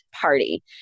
party